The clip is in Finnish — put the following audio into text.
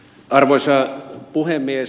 arvoisa puhemies